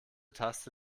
taste